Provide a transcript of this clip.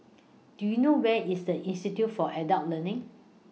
Do YOU know Where IS The Institute For Adult Learning